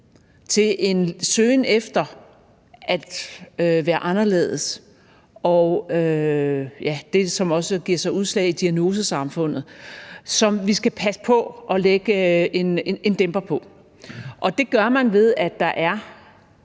til en søgen efter at være anderledes – det, der også giver sig udslag i diagnosesamfundet – som vi skal forsøge at lægge en dæmper på. Det gør man, ved at der er